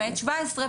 למעט 17,